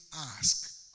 ask